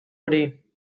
hori